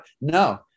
No